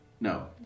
No